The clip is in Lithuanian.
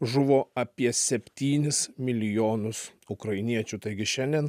žuvo apie septynis milijonus ukrainiečių taigi šiandien